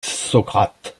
socrate